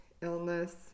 illness